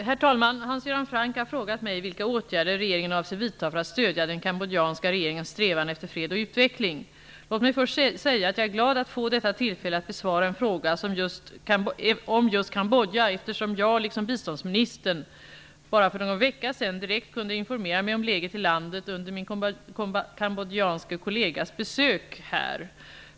Herr talman! Hans Göran Franck har frågat mig vilka åtgärder regeringen avser vidta för att stödja den kambodjanska regeringens strävan efter fred och utveckling. Låt mig först säga att jag är glad att få detta tillfälle att besvara en fråga om just Kambodja eftersom jag, liksom biståndsministern, bara för någon vecka sedan direkt kunde informera mig om läget i landet under min kambodjanske kollegas besök här.